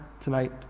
tonight